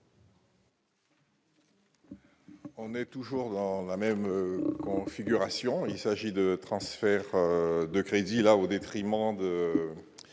On est toujours dans la même configuration, il s'agit de transfert de crédits là au détriment de